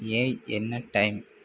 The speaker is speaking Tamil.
ஏய் என்ன டைம்